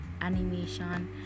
animation